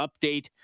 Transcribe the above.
update